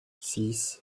six